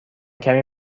کمی